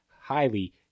highly